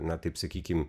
na taip sakykim